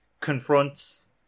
confronts